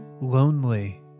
lonely